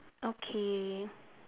okay